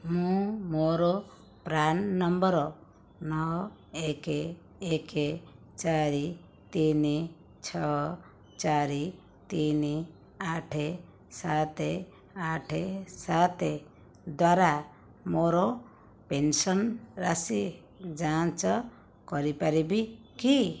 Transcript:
ମୁଁ ମୋର PRAN number ନଅ ଏକ ଏକ ଚାରି ତିନି ଛଅ ଚାରି ତିନି ଆଠ ସାତ ଆଠ ସାତ ଦ୍ଵାରା ମୋର ପେନ୍ସନ୍ ରାଶି ଯାଞ୍ଚ କରିପାରିବି କି